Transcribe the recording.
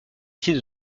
décide